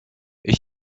ich